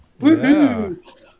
Woohoo